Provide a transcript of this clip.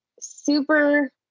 super